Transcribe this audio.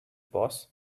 boss